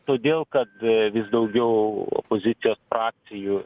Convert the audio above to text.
todėl kad vis daugiau opozicijos frakcijų